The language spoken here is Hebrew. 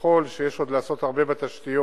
ככל שיש עוד לעשות הרבה בתשתיות,